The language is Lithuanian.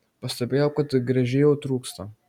pastebėjau kad gręžėjo trūksta